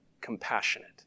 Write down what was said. compassionate